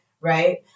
right